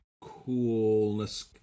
coolness